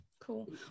cool